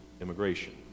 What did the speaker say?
immigration